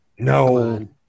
No